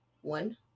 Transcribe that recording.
one